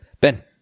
Ben